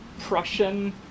Prussian